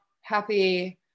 happy